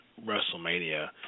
WrestleMania